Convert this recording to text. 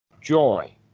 joy